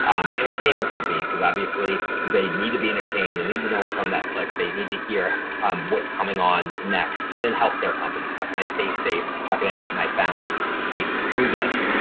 entertainment company cause obviously, they need to be entertained. they need to know what's on netflix, they need to hear what's coming on next. and then healthcare companies, how can i stay safe? how can i keep my family safe through this?